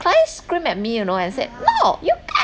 client screamed at me you know and said no you come